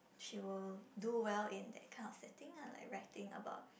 she would do well in that kind of that thing lah like writing about